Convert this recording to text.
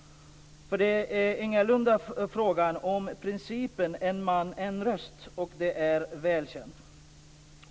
Det är ingalunda frågan om principen en man-en röst. Det är väl känt.